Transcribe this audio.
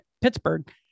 Pittsburgh